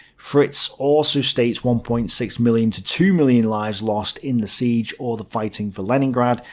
fritz also states one point six million to two million lives lost in the siege or the fighting for leningrad,